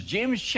James